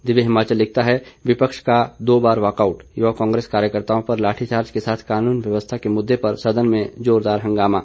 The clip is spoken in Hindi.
दिव्य हिमाचल लिखता है विपक्ष का दो बार वाकआउट यूवा कांग्रेस कार्यकर्त्ताओं पर लाठीचार्ज के साथ कानून व्यवस्था के मुददे पर सदन में जोरदार हंगामा